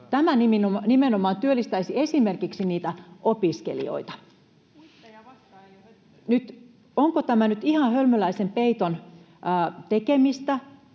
Tämä nimenomaan työllistäisi esimerkiksi niitä opiskelijoita. Onko tämä nyt ihan hölmöläisten peiton tekemistä?